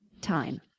time